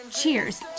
cheers